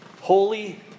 holy